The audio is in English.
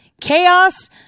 Chaos